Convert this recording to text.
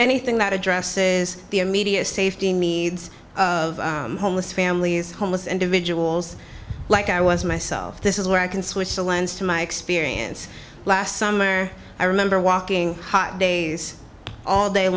anything that addresses the immediate safety me homeless families homeless individuals like i was myself this is where i can switch the lens to my experience last summer i remember walking hot days all day